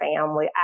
family